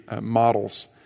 models